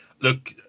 look